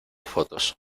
fotos